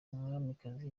umwamikazi